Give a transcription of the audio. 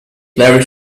very